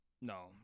No